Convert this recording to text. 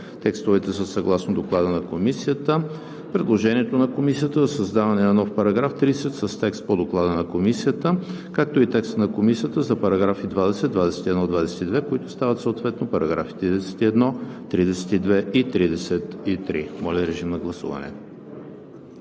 текстовете са съгласно Доклада на Комисията; предложението на Комисията за създаване на нов § 30 с текст по Доклада на Комисията, както и текст на Комисията за параграфи 20, 21 и 22, които стават съответно параграфи 31, 32 и 33. Гласували